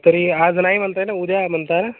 तरी आज नाही म्हणत आहे ना उद्या म्हणता